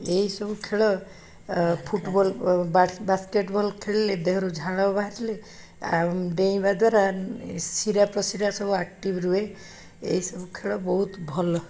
ଏହି ସବୁ ଖେଳ ଫୁଟବଲ ବାସ୍କେଟବଲ୍ ଖେଳିଲେ ଦେହରୁ ଝାଳ ବାହାରିଲେ ଡେଇଁବା ଦ୍ଵାରା ଶିରା ପ୍ରଶିରା ସବୁ ଆକ୍ଟିଭ୍ ରୁହେ ଏହିସବୁ ଖେଳ ବହୁତ ଭଲ